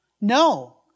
No